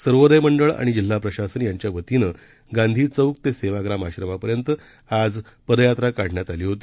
सर्वोदय मंडळ आणि जिल्हा प्रशासन यांच्या वतीनं गांधी चौक ते सेवाग्राम आश्रमपर्यंत आज पदयात्रा काढण्यात आली होती